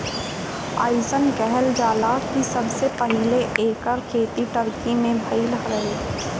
अइसन कहल जाला कि सबसे पहिले एकर खेती टर्की में भइल रहे